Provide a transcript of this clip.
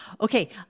Okay